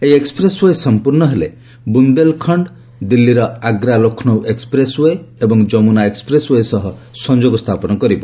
ଏହି expressway ସମ୍ପର୍ଷ୍ଣ ହେଲେ ବୁନ୍ଦେଲଖଣ୍ଡ ଦିଲ୍ଲୀର ଆଗ୍ରା ଲକ୍ଷ୍ମୌ ଏକ୍ୱପ୍ରେସ୍ ଓ୍ବେ ଏବଂ ଯମୁନା ଏକ୍ୱପ୍ରେସ୍ ଓ୍ବେ ସହ ସଂଯୋଗ ସ୍ଥାପନ କରିବ